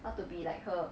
I want to be like her